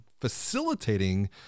facilitating